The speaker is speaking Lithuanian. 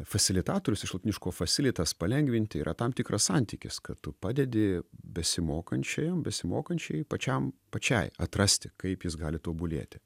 fasilitatorius iš lotyniško facilitas palengvinti yra tam tikras santykis kad tu padedi besimokančiajam besimokančiajai pačiam pačiai atrasti kaip jis gali tobulėti